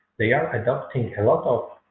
they are adopting a lot of